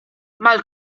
mal